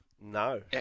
no